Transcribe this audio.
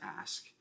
ask